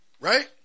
right